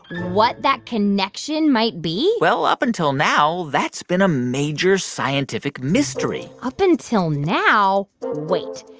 what that connection might be? well, up until now that's been a major scientific mystery up until now? wait.